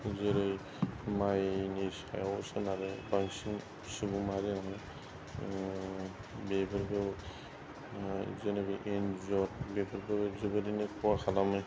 जेरै माइनि सायाव सोनारो बांसिन सुबुंआनो बेफोरखौ जेनेबा एन्जर बेफोरखौबो जोबोरैनो खहा खालामो